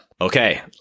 Okay